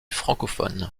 francophones